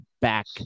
back